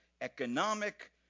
economic